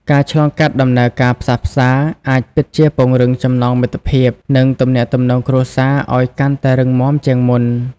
ការឆ្លងកាត់ដំណើរការផ្សះផ្សា អាចពិតជាពង្រឹងចំណងមិត្តភាព និងទំនាក់ទំនងគ្រួសារឱ្យកាន់តែរឹងមាំជាងមុន។